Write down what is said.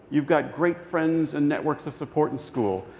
you've got great friends and networks of support in school,